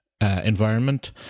environment